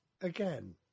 again